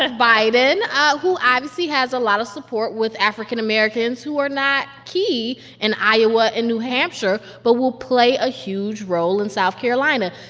biden ah who obviously has a lot of support with african americans, who are not key in iowa and new hampshire but will play a huge role in south carolina.